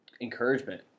encouragement